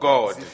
God